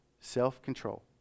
self-control